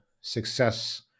success